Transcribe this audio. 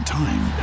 time